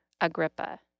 Agrippa